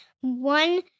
one